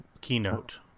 Keynote